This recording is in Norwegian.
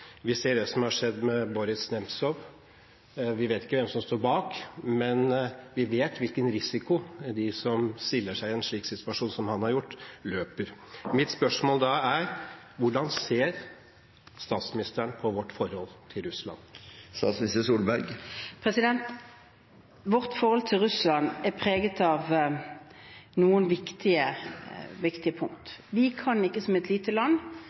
Vi ser det som har skjedd med Boris Nemtsov. Vi vet ikke hvem som står bak, men vi vet hvilken risiko de som stiller seg i en slik situasjon som han har gjort, løper. Mitt spørsmål er da: Hvordan ser statsministeren på vårt forhold til Russland? Vårt forhold til Russland er preget av noen viktige punkt. Vi kan ikke som et lite land,